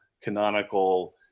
canonical